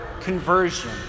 conversion